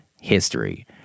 History